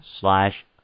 slash